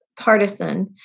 partisan